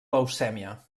leucèmia